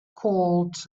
called